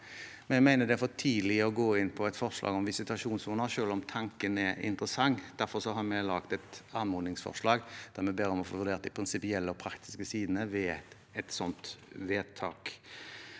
Vi mener det er for tidlig å gå inn på et forslag om visitasjonssoner, selv om tanken er interessant. Derfor har vi laget et anmodningsforslag der vi ber om å få vurdert de prinsipielle og praktiske sidene ved et sånt vedtak.